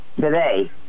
today